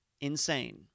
Insane